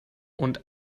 und